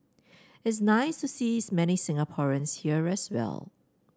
it's nice to sees many Singaporeans here as well